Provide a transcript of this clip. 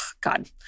God